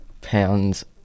pounds